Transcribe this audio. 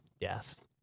death